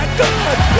good